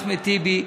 אחמד טיבי,